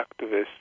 activists